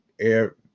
air